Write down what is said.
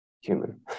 human